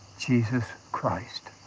jesus christ.